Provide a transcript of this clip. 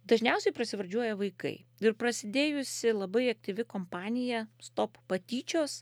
dažniausiai prasivardžiuoja vaikai ir prasidėjusi labai aktyvi kompanija stop patyčios